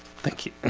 thank you.